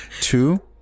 Two